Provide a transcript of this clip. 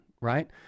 right